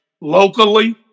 locally